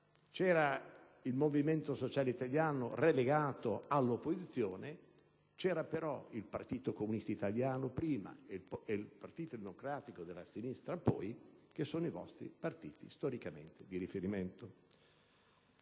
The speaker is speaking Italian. C'era il Movimento Sociale Italiano relegato all'opposizione, però c'era il Partito Comunista Italiano, prima, e il Partito Democratico della Sinistra, poi, che storicamente sono i vostri partiti di riferimento.